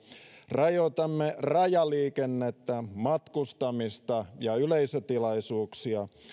rajoitamme rajaliikennettä matkustamista ja yleisötilaisuuksia